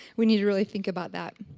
we need to really think about that.